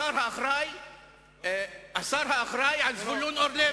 השר האחראי על זבולון אורלב.